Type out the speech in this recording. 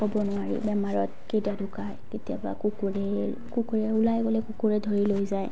ক'ব নোৱাৰি বেমাৰত কেইটা ঢুকায় কেতিয়াবা কুকুৰা কুকুৰা ওলাই গ'লে কুকুৰে ধৰি লৈ যায়